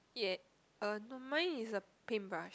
ya uh no mine is a paintbrush